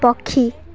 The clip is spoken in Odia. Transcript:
ପକ୍ଷୀ